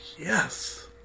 Yes